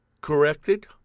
corrected